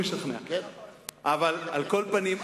על כל פנים,